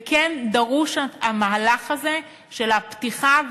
וכן דרוש המהלך הזה של הפתיחה,